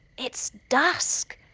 it's dusk,